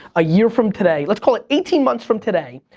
a year from today, let's call it eighteen months from today,